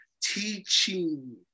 teaching